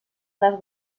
les